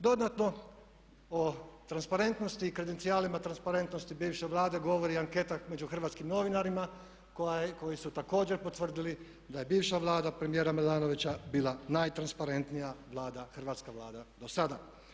Dodatno o transparentnosti i … transparentnosti bivše Vlade govori i anketa među hrvatskim novinarima koji su također potvrdili da je bivša Vlada premijera Milanovića bila najtransparentnija Vlada, hrvatska Vlada do sada.